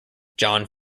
john